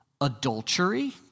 adultery